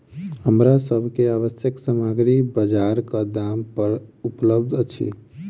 हमरा सभ के आवश्यक सामग्री बजारक दाम पर उपलबध अछि